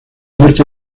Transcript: muerte